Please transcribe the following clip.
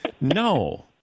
No